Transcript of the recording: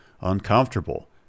Uncomfortable